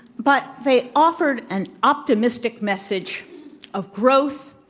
but they offered an optimistic message of growth,